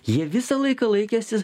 jie visą laiką laikėsi